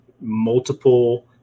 multiple